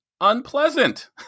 unpleasant